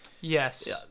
Yes